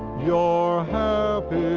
your happy